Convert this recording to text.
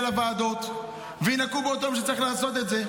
לוועדות וינקו באותו יום שצריך לעשות את זה.